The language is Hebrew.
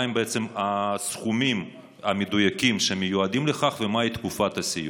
מהם בעצם הסכומים המדויקים שמיועדים לכך ומהי תקופת הסיוע?